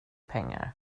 pengar